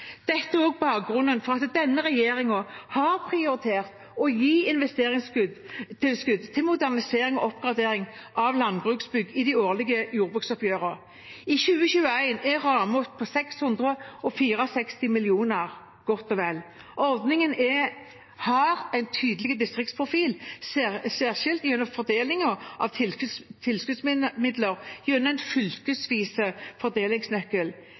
Dette er også bakgrunnen for at denne regjeringen har prioritert å gi investeringstilskudd til modernisering og oppgradering av landbruksbygg i de årlige jordbruksoppgjørene. I 2021 er rammen på godt og vel 664 mill. kr. Ordningen har en tydelig distriktsprofil, særskilt gjennom fordelingen av tilskuddsmidler gjennom den fylkesvise